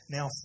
Now